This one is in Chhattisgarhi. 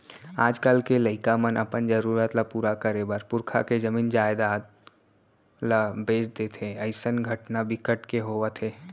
आजकाल के लइका मन अपन जरूरत ल पूरा करे बर पुरखा के जमीन जयजाद ल बेच देथे अइसन घटना बिकट के होवत हे